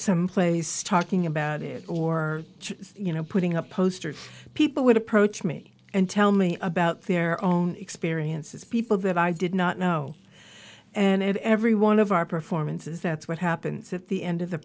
someplace talking about it or you know putting up posters people would approach me and tell me about their own experiences people that i did not know and every one of our performances that's what happens at the end of the